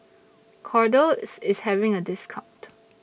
Kordel's IS having A discount